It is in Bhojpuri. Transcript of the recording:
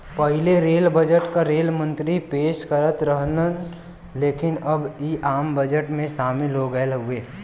पहिले रेल बजट क रेल मंत्री पेश करत रहन लेकिन अब इ आम बजट में शामिल हो गयल हउवे